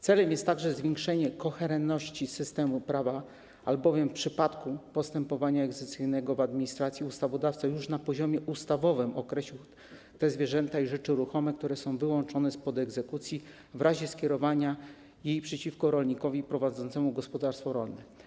Celem jest także zwiększenie koherentności systemu prawa, albowiem w przypadku postępowania egzekucyjnego w administracji ustawodawca już na poziomie ustawowym określił te zwierzęta i rzeczy ruchome, które są wyłączone spod egzekucji w razie skierowania jej przeciwko rolnikowi prowadzącemu gospodarstwo rolne.